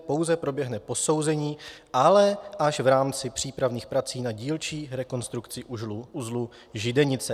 Pouze proběhne posouzení, ale až v rámci přípravných prací na dílčí rekonstrukci uzlu Židenice.